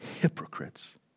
hypocrites